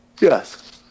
Yes